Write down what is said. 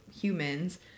humans